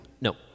No